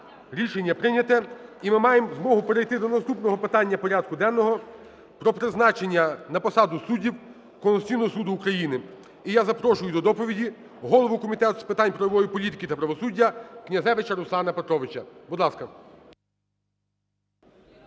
Рішення прийнято. І ми маємо змогу перейти до наступного питання порядку денного – про призначення на посаду суддів Конституційного Суду України. І я запрошую до доповіді голову Комітету з питань правової політики та правосуддя Князевича Руслана Петровича. Будь ласка.